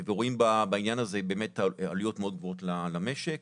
ורואים בעניין הזה באמת עלויות מאוד גבוהות למשק.